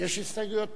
יש הסתייגויות פה?